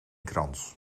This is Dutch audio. krans